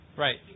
Right